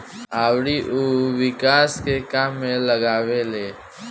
अउरी उ विकास के काम में लगावेले